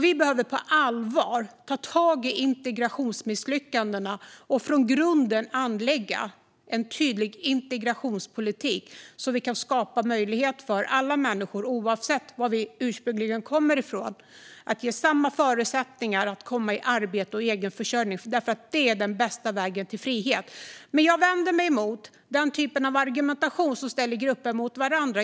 Vi behöver på allvar ta tag i integrationsmisslyckandena och från grunden anlägga en tydlig integrationspolitik så att vi kan skapa möjlighet för alla människor, oavsett var de ursprungligen kommer ifrån, att ha samma förutsättningar att komma i arbete och egen försörjning. Det är den bästa vägen till frihet. Men jag vänder mig mot den typen av argumentation som ställer grupper mot varandra.